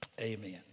Amen